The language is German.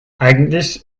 eigentlich